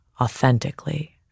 authentically